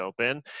Open